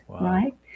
right